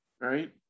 Right